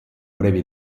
breve